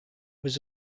was